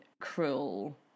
cruel